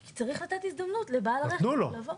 כי צריך לתת הזדמנות לבעל הרכב לבוא.